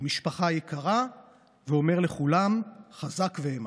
למשפחה היקרה ואומר לכולם חזק ואמץ.